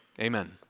Amen